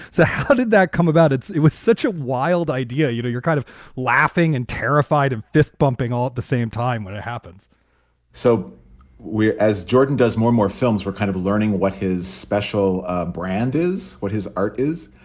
so how did that come about? it was such a wild idea. you know, you're kind of laughing and terrified and fist pumping all at the same time when it happens so whereas jordan does more and more films were kind of learning what his special brand is, what his art is.